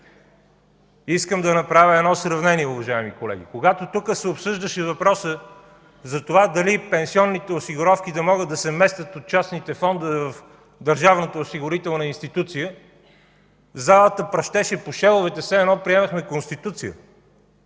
Искам да направя едно сравнение, уважаеми колеги. Когато тук се обсъждаше въпроса за това дали пенсионните осигуровки да могат да се местят от частните фондове в държавната осигурителна институция, залата пращеше по шевовете, все едно приемахме Конституция.